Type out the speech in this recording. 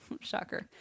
Shocker